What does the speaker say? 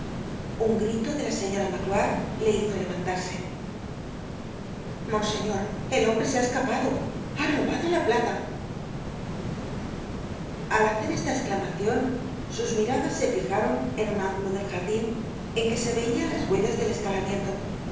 un grito de la señora magloire le hizo levantarse content from google book search generated at monseñor el hombre se ha escapado ha robado la plata al hacer esta esclamacion sus miradas se fijaron en un ángulo del jardin en que se veian las huellas del escalamiento el